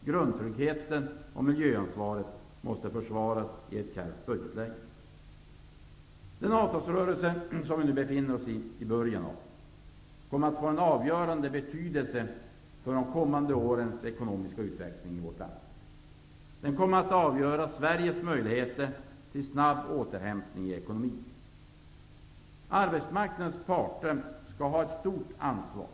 Grundtryggheten och miljöansvaret måste försvaras i ett kärvt budgetläge. Den avtalsrörelse som vi nu befinner oss i början av får en avgörande betydelse för de kommande årens ekonomiska utveckling i vårt land. Den kommer att avgöra Sveriges möjligheter till snabb återhämtning i ekonomin. Parterna på arbetsmarknaden skall ha ett stort ansvar.